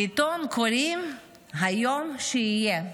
לעיתון קוראים "היום שיהיה".